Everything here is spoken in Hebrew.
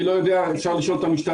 אני לא יודע, אפשר לשאול את המשטרה.